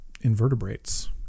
invertebrates